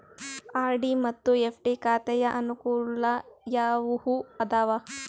RD ಮತ್ತು FD ಖಾತೆಯ ಅನುಕೂಲ ಯಾವುವು ಅದಾವ?